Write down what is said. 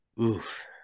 Oof